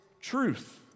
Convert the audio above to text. truth